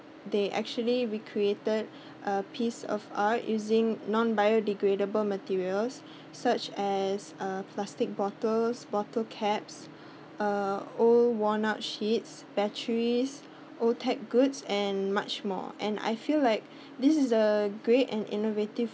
they actually recreated piece of art using non biodegradable materials such as uh plastic bottles bottle caps uh old worn out sheets batteries old tech goods and much more and I feel like this is a great and innovative